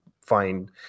find